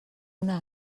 una